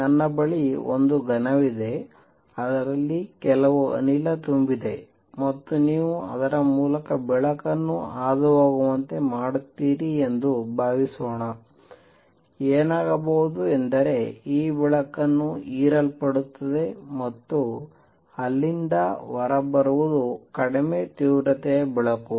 ನನ್ನ ಬಳಿ ಒಂದು ಘನವಿದೆ ಅದರಲ್ಲಿ ಕೆಲವು ಅನಿಲ ತುಂಬಿದೆ ಮತ್ತು ನೀವು ಅದರ ಮೂಲಕ ಬೆಳಕನ್ನು ಹಾದುಹೋಗುವಂತೆ ಮಾಡುತ್ತೀರಿ ಎಂದು ಭಾವಿಸೋಣ ಏನಾಗಬಹುದು ಎಂದರೆ ಈ ಬೆಳಕು ಹೀರಲ್ಪಡುತ್ತದೆ ಮತ್ತು ಅಲ್ಲಿಂದ ಹೊರಬರುವುದು ಕಡಿಮೆ ತೀವ್ರತೆಯ ಬೆಳಕು